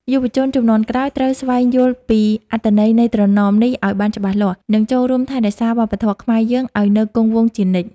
យុវជនជំនាន់ក្រោយត្រូវស្វែងយល់ពីអត្ថន័យនៃត្រណមនេះឱ្យបានច្បាស់លាស់ និង ចូលរួមថែរក្សាវប្បធម៌ខ្មែរយើងឱ្យនៅគង់វង្សជានិច្ច។